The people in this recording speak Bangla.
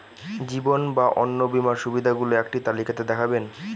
জীবন বা অন্ন বীমার সুবিধে গুলো একটি তালিকা তে দেখাবেন?